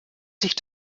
sich